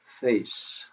face